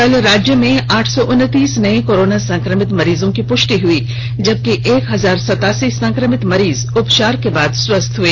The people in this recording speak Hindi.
कल राज्य में आठ सौ उनतीस नए कोरोना संक्रमित मरीजों की पष्टि हर्ड जबकि एक हजार सतासी संक्रमित मरीज उपचार के बाद स्वस्थ हए